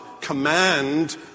command